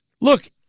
Look